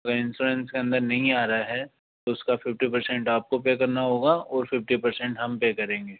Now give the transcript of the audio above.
वो इन्शौरेन्स के अंदर नहीं आ रहा है तो उसका फ़िफ़्टी पर्सेंट आपको पे करना होगा और फ़िफ़्टी पर्सेंट हम पे करेंगे